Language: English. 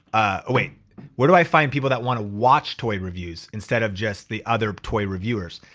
oh wait, where do i find people that wanna watch toy reviews instead of just the other toy reviewers?